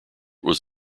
was